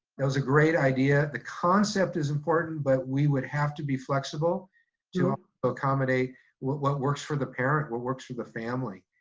that was a great idea, the concept is important, but we would have to be flexible to ah accommodate what what works for the parent, what works for the family.